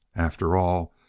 after all,